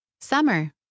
Summer